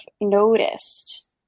noticed